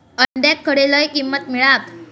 अंड्याक खडे लय किंमत मिळात?